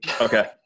Okay